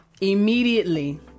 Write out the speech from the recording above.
immediately